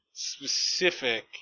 specific